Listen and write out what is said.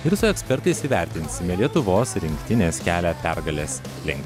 ir su ekspertais įvertinsime lietuvos rinktinės kelią pergalės link